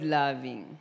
loving